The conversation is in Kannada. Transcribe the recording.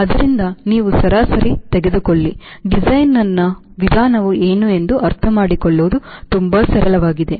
ಆದ್ದರಿಂದ ನೀವು ಸರಾಸರಿಯನ್ನು ತೆಗೆದುಕೊಳ್ಳಿ ಡಿಸೈನರ್ನ ವಿಧಾನ ಏನು ಎಂದು ಅರ್ಥಮಾಡಿಕೊಳ್ಳುವುದು ತುಂಬಾ ಸರಳವಾಗಿದೆ